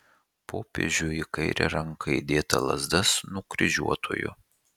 popiežiui į kairę ranką įdėta lazda su nukryžiuotuoju